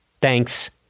Thanks